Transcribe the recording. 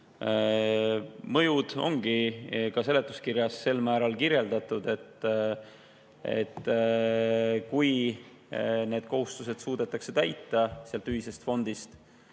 Mõjud ongi seletuskirjas sel määral kirjeldatud, et kui need kohustused suudetakse täita selle ühise fondi